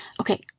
Okay